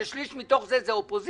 כששליש מתוך זה זאת האופוזיציה,